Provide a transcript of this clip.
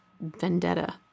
vendetta